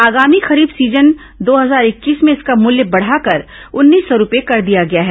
आगामी खरीफ सीजन दो हजार इक्कीस में इसका मूल्य बढ़ाकर उन्नीस सौ रूपए कर दिया गया है